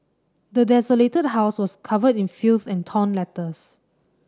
the desolated house was covered in filth and torn letters